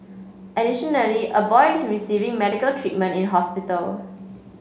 additionally a boy is receiving medical treatment in hospital